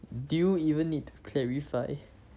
do you even need to clarify